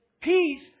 peace